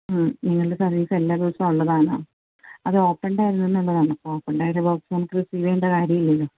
ഇതിന്റെ തലേ ദിവസവും എല്ലാ ദിവസവും ഉള്ളതാണ് അത് ഓപ്പൺഡ് ആയിരുന്നു എന്നുള്ളതാണ് ഓപ്പൺഡ് ആയ ഒരു ബോക്സ് നമുക്ക് റിസീവ് ചെയ്യേണ്ട കാര്യമില്ലല്ലൊ